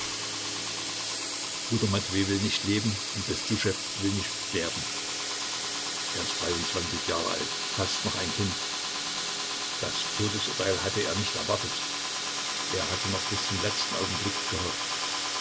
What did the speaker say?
bruder matwej will nicht leben und bestuschew will nicht sterben er ist dreiundzwanzig jahre alt fast noch ein kind das todesurteil hatte er nicht erwartet er hatte noch bis zum letzten augenblick gehofft